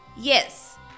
Yes